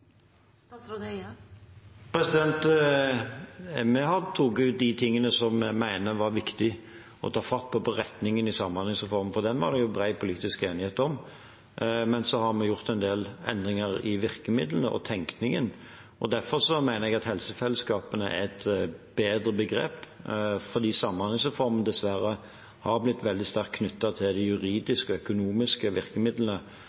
Vi har tatt ut de tingene som vi mener var viktige å ta fatt i når det gjaldt retningen i samhandlingsreformen, for den var det bred politisk enighet om, men så har vi gjort noen endringer i virkemidlene og tenkningen. Derfor mener jeg at helsefellesskapene er et bedre begrep, fordi samhandlingsreformen dessverre har blitt veldig sterkt knyttet til de